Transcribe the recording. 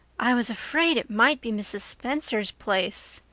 i was afraid it might be mrs. spencer's place,